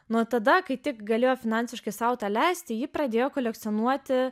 nuo tada kai tik galėjo finansiškai sau leisti ji pradėjo kolekcionuoti